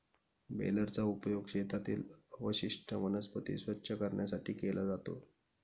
बेलरचा उपयोग शेतातील अवशिष्ट वनस्पती स्वच्छ करण्यासाठी केला जातो